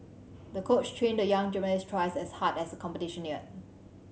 the coach trained the young gymnast twice as hard as the competition neared